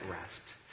rest